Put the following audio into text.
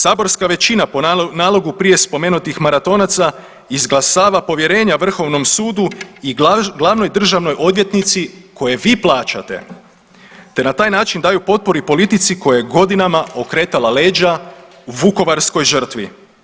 Saborska većina po nalogu prije spomenutih maratonaca izglasava povjerenja vrhovnom sudu i glavnoj državnoj odvjetnici koje vi plaćate, te na taj način daju potporu i politici koja je godinama okretala leđa vukovarskoj žrtvi.